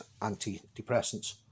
antidepressants